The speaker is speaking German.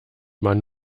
man